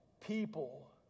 people